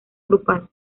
grupal